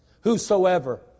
Whosoever